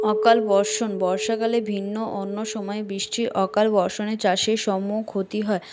অকাল বর্ষণ বর্ষাকালে ভিন্ন অন্য সময়ে বৃষ্টি অকাল বর্ষণে চাষের সমূহ ক্ষতি হয়